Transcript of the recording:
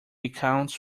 accounts